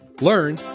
learn